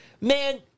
Man